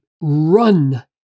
run